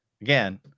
again